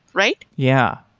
right? yeah.